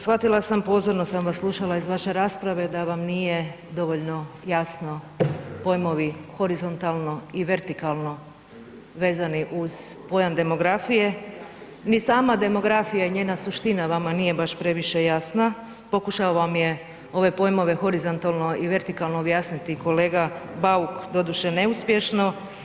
Shvatila sam, pozorno sam vas slušala, iz vaše rasprave da vam nije dovoljno jasno pojmovi horizontalno i vertikalno vezani uz pojam demografije, ni sama demografija i njena suština vama nije baš previše jasna, pokušao vam je ove pojmove horizontalno i vertikalno objasniti kolega Bauk, doduše neuspješno.